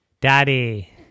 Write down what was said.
Daddy